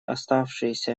оставшиеся